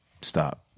Stop